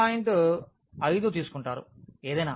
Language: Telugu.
5 తీసుకుంటారు ఏదైనా